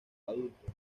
adultos